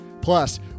Plus